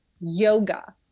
yoga